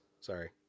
sorry